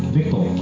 Victor